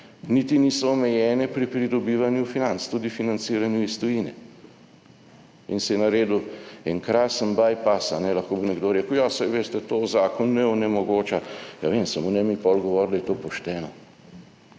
niti niso omejene pri pridobivanju financ, tudi financiranju iz tujine. In si naredil en krasen »by pass«. Lahko bi nekdo rekel, ja, saj veste, to zakon ne onemogoča, je vam, samo ne mi pol govoriti, da je to pošteno.